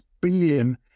billion